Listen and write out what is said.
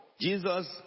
Jesus